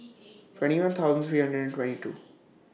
twenty one thousand three hundred and twenty two